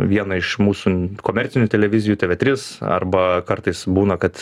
vieną iš mūsų komercinių televizijų tv tris arba kartais būna kad